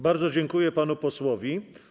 Bardzo dziękuję panu posłowi.